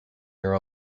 your